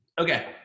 Okay